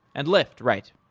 and lyft, right.